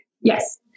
Yes